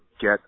get